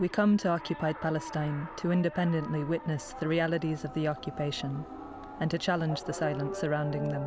we come to occupied palestine to independently witness the realities of the occupation and to challenge the silence surrounding the